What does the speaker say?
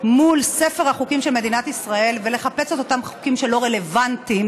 מול ספר החוקים של מדינת ישראל ולחפש את אותם חוקים שלא רלוונטיים